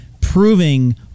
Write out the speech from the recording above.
proving